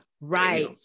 Right